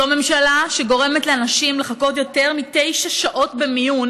זו ממשלה שגורמת לאנשים לחכות יותר מתשע שעות במיון